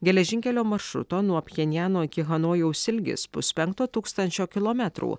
geležinkelio maršruto nuo pjenjano iki hanojaus ilgis puspenkto tūkstančio kilometrų